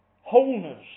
Wholeness